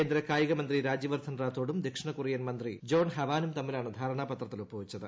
കേന്ദ്രകായിക മന്ത്രി രാജ്യവർദ്ധൻ റാത്തോഡും ദക്ഷിണകൊറിയ മന്ത്രി ജോൺഹവാനും തമ്മിലാണ് ധാരണാപത്രത്തിൽ ഒപ്പുവച്ചത്